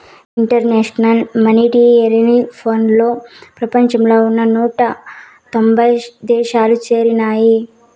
international monetary ఫండ్లో ప్రపంచంలో ఉన్న నూట తొంభై దేశాలు చేరినాయి